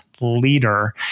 leader